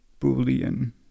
Boolean